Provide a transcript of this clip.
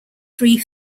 three